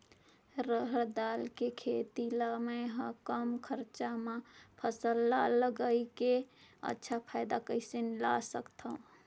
रहर दाल के खेती ला मै ह कम खरचा मा फसल ला लगई के अच्छा फायदा कइसे ला सकथव?